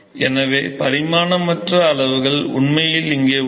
எனவே பரிமாணமற்ற அளவுகள் உண்மையில் இங்கே உள்ளன